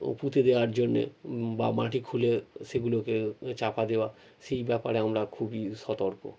ও পুঁতে দেওয়ার জন্যে বা মাটি খুলে সেগুলোকে এ চাপা দেওয়া সেই ব্যাপারে আমরা খুবই সতর্ক